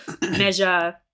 measure